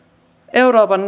euroopan